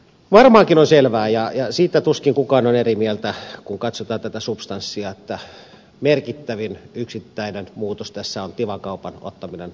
varmaankin on selvää ja siitä tuskin kukaan on eri mieltä kun katsotaan tätä substanssia että merkittävin yksittäinen muutos tässä on tiva kaupan ottaminen sääntelyn piiriin